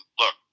look